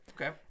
Okay